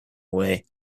away